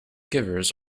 givers